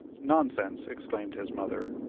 nonsense! exclaimed his mother.